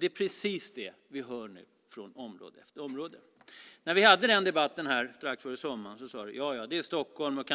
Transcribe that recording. Det är precis det vi hör nu på område efter område. När vi hade debatten här strax före sommaren sade du: Jaja, det är Stockholm och